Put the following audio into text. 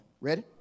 Ready